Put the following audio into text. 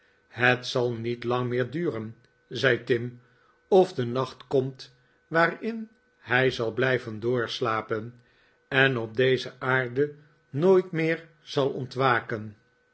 het zal niet lang meer duren zei tim of de nacht komt waarin hij zal blijven doorslapen en op deze aarde nooit meer zal ontwaken